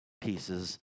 pieces